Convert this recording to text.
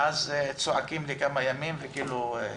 אז צועקים לכמה ימים ושוכחים.